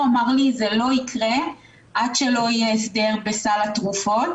אמר לי 'זה לא יקרה עד שלא יהיה הסדר בסל התרופות',